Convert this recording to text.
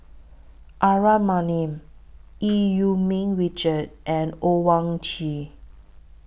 Aaron Maniam EU Yee Ming Richard and Owyang Chi